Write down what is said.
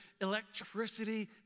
electricity